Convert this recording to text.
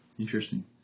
Interesting